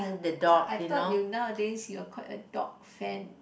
I thought you nowadays you are quite a dog fan